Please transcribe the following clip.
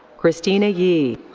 christina yi.